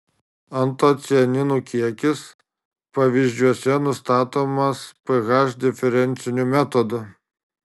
antocianinų kiekis pavyzdžiuose nustatomas ph diferenciniu metodu